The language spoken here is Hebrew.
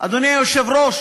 אדוני היושב-ראש,